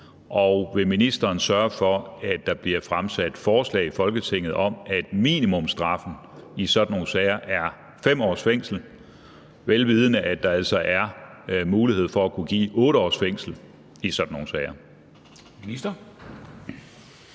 og vil ministeren sørge for, at der bliver fremsat lovforslag i Folketinget om, at minimumsstraffen i sådan nogle sager er 5 års fængsel, vel vidende at der altså er mulighed for at give op til 8 års fængsel i sådan nogle sager?